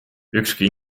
ükski